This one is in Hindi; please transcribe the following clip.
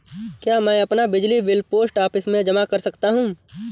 क्या मैं अपना बिजली बिल पोस्ट ऑफिस में जमा कर सकता हूँ?